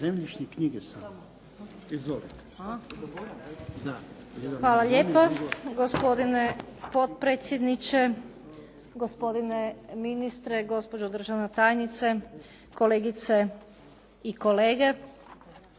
Hvala lijepa gospodine potpredsjedniče, gospodine ministre, gospođo državna tajnice, kolegice i kolege.